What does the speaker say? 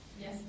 Yes